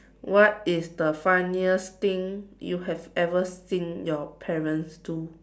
what is the funniest thing you have ever seen your parents do